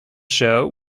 show